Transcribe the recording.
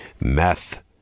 meth